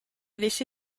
laissé